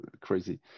crazy